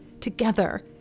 Together